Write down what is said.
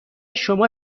شما